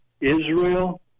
Israel